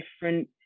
different